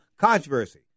controversy